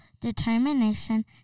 determination